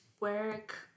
work